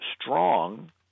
strong